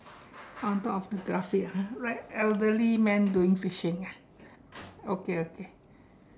on top of the graphic uh write elderly man doing fishing ah okay okay